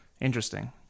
Interesting